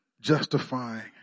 justifying